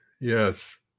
yes